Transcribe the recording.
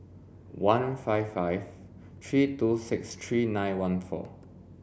one five five three two six three nine one four